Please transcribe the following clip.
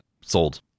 sold